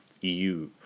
EU